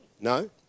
No